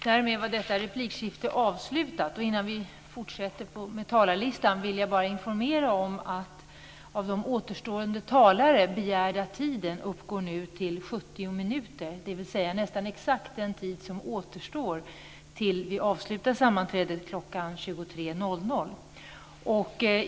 Därmed är detta replikskifte avslutat. Innan vi fortsätter med talarlistan vill jag informera om att den av de återstående talarna begärda tiden nu uppgår till 70 minuter, dvs. nästan exakt den tid som återstår tills vi avslutar sammanträdet kl. 23.00.